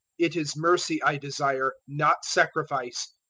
it is mercy i desire, not sacrifice',